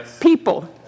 people